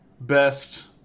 best